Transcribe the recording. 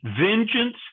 Vengeance